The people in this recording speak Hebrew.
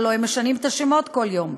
הלוא הם משנים את השמות כל יום,